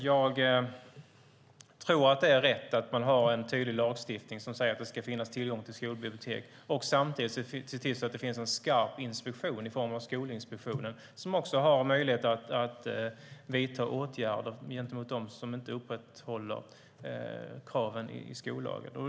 Jag tror att det är rätt att man har en tydlig lagstiftning som säger att det ska finnas tillgång till skolbibliotek och samtidigt ser till att det finns en skarp inspektion i form av Skolinspektionen, som har möjlighet att vidta åtgärder gentemot dem som inte upprätthåller kraven i skollagen.